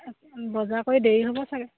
বজাৰ কৰি দেৰি হ'ব চাগে